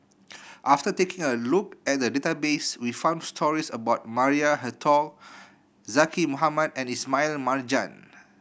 after taking a look at the database we found stories about Maria Hertogh Zaqy Mohamad and Ismail Marjan